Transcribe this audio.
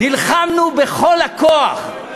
נלחמנו בכל הכוח,